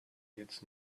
gets